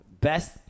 Best